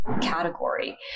category